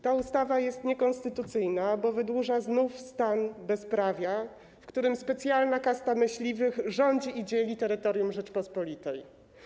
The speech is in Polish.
Ta ustawa jest niekonstytucyjna, bo wydłuża znów stan bezprawia, w którym specjalna kasta myśliwych rządzi i dzieli terytorium Rzeczypospolitej.